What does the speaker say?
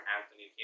Anthony